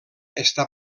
està